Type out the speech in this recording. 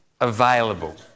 available